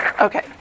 Okay